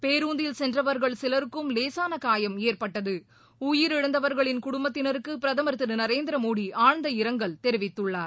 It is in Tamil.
பேருந்தில் சென்றவர்கள் சிலருக்கும் லேசான காயம் ஏற்பட்டது உயிரிழந்தவர்களின் குடும்பத்தினருக்கு பிரதமர் திரு நரேந்திரமோடி இரங்கல் தெரிவித்துள்ளார்